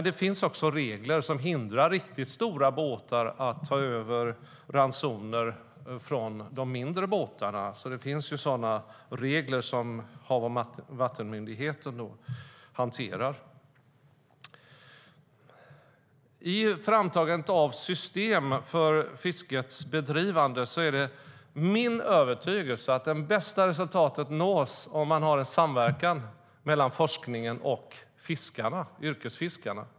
Det finns dock regler som hindrar riktigt stora båtar att ta över ransoner från de mindre båtarna, så det finns regler som Havs och vattenmyndigheten hanterar. I framtagandet av system för fiskets bedrivande är det min övertygelse att det bästa resultatet nås om man har en samverkan mellan forskningen och yrkesfiskarna.